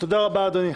תודה רבה, אדוני.